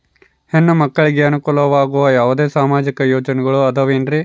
ಹೆಣ್ಣು ಮಕ್ಕಳಿಗೆ ಅನುಕೂಲವಾಗುವ ಯಾವುದೇ ಸಾಮಾಜಿಕ ಯೋಜನೆಗಳು ಅದವೇನ್ರಿ?